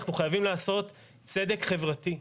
אנחנו חייבים לעשות צדק חברתי.